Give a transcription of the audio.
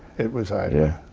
it was idling.